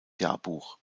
jahrbuch